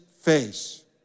face